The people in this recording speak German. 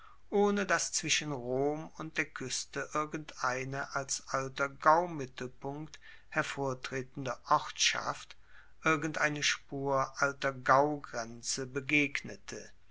ohne dass zwischen rom und der kueste irgendeine als alter gaumittelpunkt hervortretende ortschaft irgendeine spur alter gaugrenze begegnete